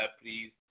please